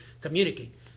communicate